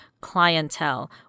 clientele